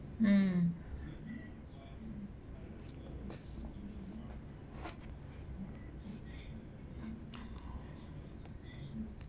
mm